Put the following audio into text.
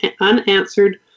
unanswered